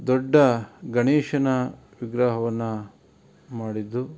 ದೊಡ್ಡ ಗಣೇಶನ ವಿಗ್ರಹವನ್ನು ಮಾಡಿದ್ದು